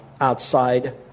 outside